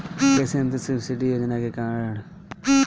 कृषि यंत्र सब्सिडी योजना के कारण?